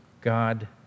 God